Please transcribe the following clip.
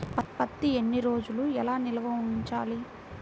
పత్తి ఎన్ని రోజులు ఎలా నిల్వ ఉంచాలి?